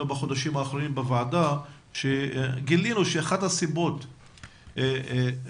בחודשים האחרונים בוועדה גילינו שאחת הסיבות המרכזיות